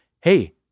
hey